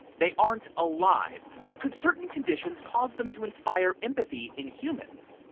they aren't alive, but could certain conditions cause them to inspire empathy in humans?